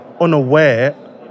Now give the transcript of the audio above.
unaware